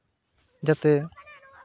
ᱡᱟᱛᱮ